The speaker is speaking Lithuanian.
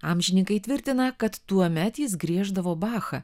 amžininkai tvirtina kad tuomet jis grieždavo bachą